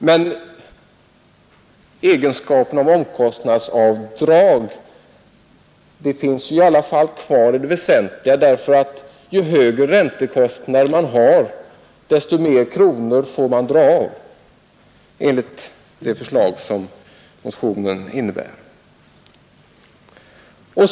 Men egenskapen av omkostnadsavdrag finns i alla fall kvar i det väsentliga; ju högre räntekostnader man har desto fler kronor får man ju dra av enligt motionens förslag.